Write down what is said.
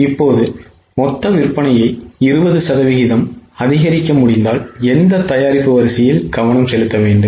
இப்போது மொத்த விற்பனையை 20 சதவீதம் அதிகரிக்க முடிந்தால் எந்த தயாரிப்பு வரிசையில் கவனம் செலுத்த வேண்டும்